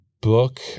book